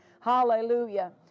Hallelujah